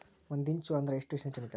ಒಂದಿಂಚು ಅಂದ್ರ ಎಷ್ಟು ಸೆಂಟಿಮೇಟರ್?